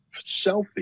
selfie